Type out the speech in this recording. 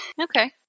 Okay